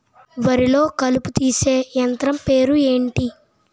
వరి లొ కలుపు తీసే యంత్రం పేరు ఎంటి?